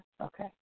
okay